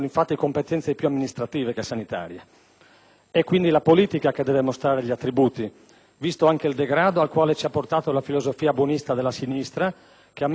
È quindi la politica che deve mostrare gli attributi, visto anche il degrado al quale ci ha portato la filosofia buonista della sinistra, che ha messo di fatto fuori controllo il fenomeno immigratorio.